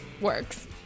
works